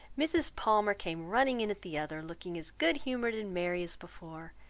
mrs. palmer came running in at the other, looking as good humoured and merry as before.